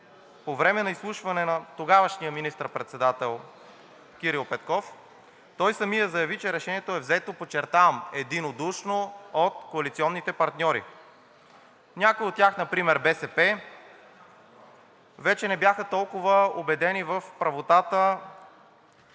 по време на изслушване на тогавашния министър-председател Кирил Петков той самият заяви, че решението е взето, подчертавам, единодушно от коалиционните партньори. Някои от тях, например БСП, вече не бяха толкова убедени в правотата